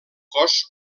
cos